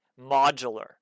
modular